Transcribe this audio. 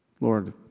Lord